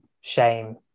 shame